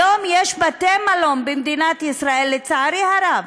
היום יש בתי-מלון במדינת ישראל, לצערי הרב,